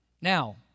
Now